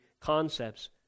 concepts